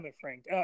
Frank